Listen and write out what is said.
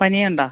പനിയുണ്ടോ